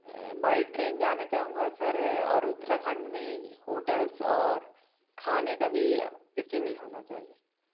by train जाना चाहूंगा sir और उत्तराखंड में होटल्स और खाने का भी इसी में होना चाहिए